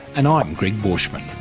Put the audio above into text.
and i'm gregg borschmann